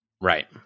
Right